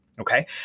okay